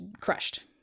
crushed